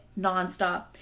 nonstop